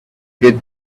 good